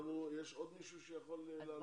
יש עוד מישהו שיכול לעלות?